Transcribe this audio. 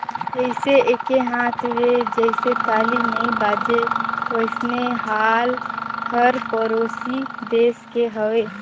जइसे एके हाथ ले जइसे ताली नइ बाजे वइसने हाल हर परोसी देस के हवे